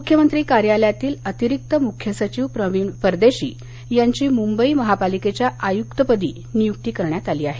मुख्यमंत्री कार्यालयातील अतिरिक्त मुख्य सचिव प्रवीण परदेशी यांची मुंबई महापालिकेच्या आयुक्तपदी नियुक्ती करण्यात आली आहे